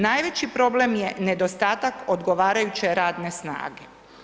Najveći problem je nedostatak odgovarajuće radne snage.